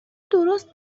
درست